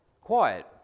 quiet